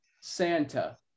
Santa